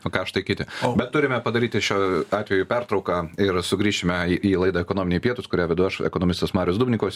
o kaštai kiti bet turime padaryti šio atveju pertrauką ir sugrįšime į į laidą ekonominiai pietūs kurią vedu aš ekonomistas marius dubnikovas